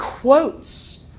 quotes